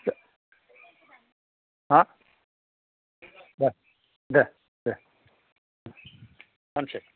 मा हा दे दे दे दाननोसै